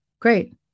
Great